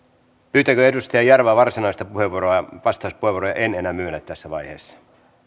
pyytääkö edustaja jarva varsinaista puheenvuoroa vastauspuheenvuoroa en enää myönnä tässä vaiheessa